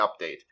update